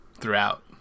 throughout